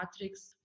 matrix